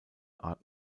art